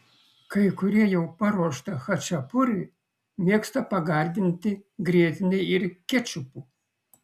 kai kurie jau paruoštą chačapuri mėgsta pagardinti grietine ir kečupu